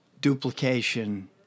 duplication